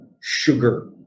sugar